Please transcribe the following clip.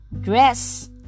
Dress